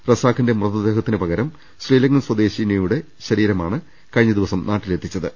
റസാഖിന്റെ മൃതദേ ഹത്തിന് പകരം ശ്രീലങ്കൻ സ്വദേശിനിയുടെ ശരീരമാണ് കഴിഞ്ഞ ദിവസം നാട്ടിലെത്തിച്ചത്